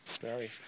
Sorry